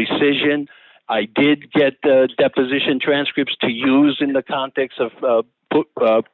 recession i did get deposition transcripts to use in the context of